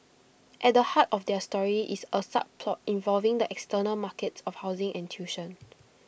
at the heart of their story is A subplot involving the external markets of housing and tuition